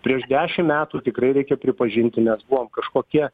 prieš dešim metų tikrai reikia pripažinti mes buvom kažkokie